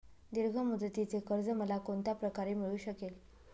दीर्घ मुदतीचे कर्ज मला कोणत्या प्रकारे मिळू शकेल?